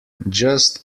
just